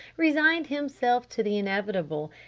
resigned himself to the inevitable,